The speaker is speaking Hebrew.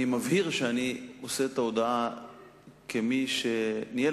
אני מבהיר שאני מוסר את ההודעה כמי שניהל